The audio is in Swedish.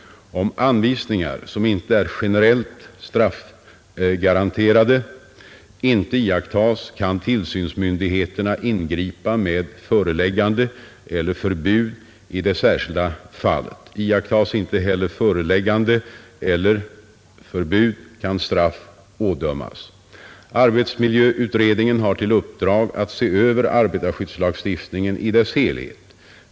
Om anvisningar, som inte är generellt straffgaranterade, inte iakttas kan tillsynsmyndigheterna ingripa med föreläggande eller förbud i det särskilda fallet. Iakttas inte heller föreläggande eller förbud kan straff ådömas. Arbetsmiljöutredningen har till uppdrag att se över arbetarskyddslagstiftningen i dess helhet.